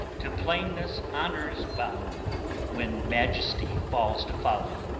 to plainness honour's bound when majesty falls to folly.